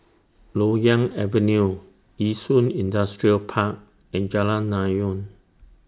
Loyang Avenue Yishun Industrial Park and Jalan Naung